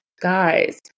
guys